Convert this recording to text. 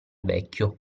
vecchio